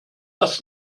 das